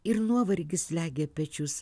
ir nuovargis slegia pečius